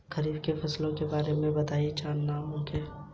खेतों में पानी कैसे देना चाहिए?